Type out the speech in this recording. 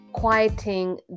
quieting